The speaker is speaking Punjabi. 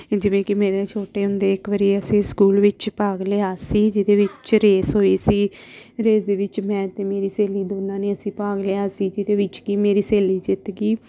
ਜਿਵੇਂ ਕਿ ਮੇਰੇ ਛੋਟੇ ਹੁੰਦੇ ਇੱਕ ਵਾਰੀ ਅਸੀਂ ਸਕੂਲ ਵਿੱਚ ਭਾਗ ਲਿਆ ਸੀ ਜਿਹਦੇ ਵਿੱਚ ਰੇਸ ਹੋਈ ਸੀ ਰੇਸ ਦੇ ਵਿੱਚ ਮੈਂ ਅਤੇ ਮੇਰੀ ਸਹੇਲੀ ਦੋਨਾਂ ਨੇ ਅਸੀਂ ਭਾਗ ਲਿਆ ਸੀ ਜਿਹਦੇ ਵਿੱਚ ਕਿ ਮੇਰੀ ਸਹੇਲੀ ਜਿੱਤ ਗਈ